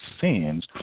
sins